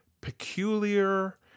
Peculiar